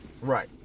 right